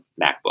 MacBook